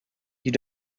you